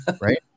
right